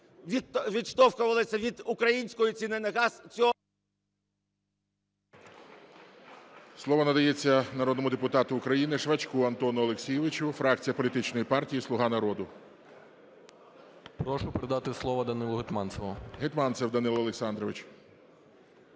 відштовхувалися від української ціни на газ…